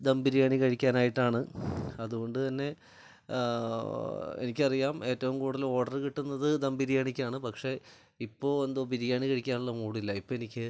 ദം ബിരിയാണി കഴിക്കാനായിട്ടാണ് അതുകൊണ്ടുതന്നെ എനിക്കറിയാം ഏറ്റവു കൂടുതൽ ഓഡറ് കിട്ടുന്നത് ദം ബിരിയാണിയ്ക്കാണ് പക്ഷേ ഇപ്പോൾ എന്തോ ബിരിയാണി കഴിക്കാനുള്ള മൂഡില്ല ഇപ്പോൾ എനിക്ക്